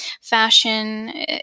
fashion